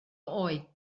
oed